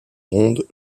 rondes